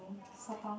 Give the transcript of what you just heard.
sotong